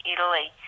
Italy